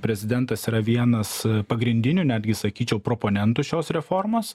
prezidentas yra vienas pagrindinių netgi sakyčiau proponentų šios reformos